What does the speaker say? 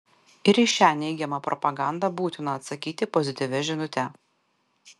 ir į šią neigiamą propagandą būtina atsakyti pozityvia žinute